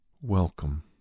welcome